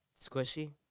squishy